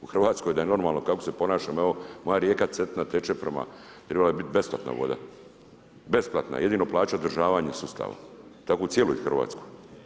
U Hrvatskoj da je normalno kako se ponašamo, evo moja rijeka Cetina teče prema tribala je biti besplatna voda, besplatna, jedino plaćat održavanje sustava, tako u cijeloj Hrvatskoj.